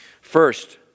First